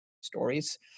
stories